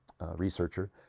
researcher